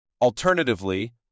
Alternatively